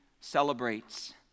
celebrates